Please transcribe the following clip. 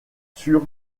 sur